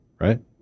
right